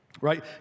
right